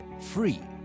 free